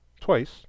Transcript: Twice